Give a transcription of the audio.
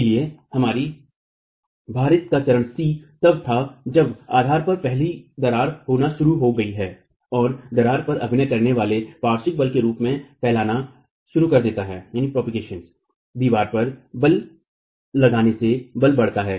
इसिलए हमारी भारित का चरण c तब था जब आधार पर पहली दरार होना शुरू हो गई है और दीवार पर अभिनय करने वाले पार्श्व बल के रूप में फैलाना शुरू कर देता है दीवार पर बल लगाने से बल बढ़ता है